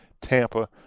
Tampa